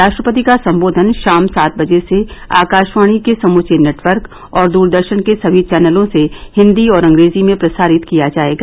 राष्ट्रपति का संबोधन शाम सात बजे से आकाशवाणी के समूचे नेटवर्क और दूरदर्शन के सभी चैनलों से हिंदी और अंग्रेजी में प्रसारित किया जाएगा